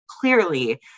clearly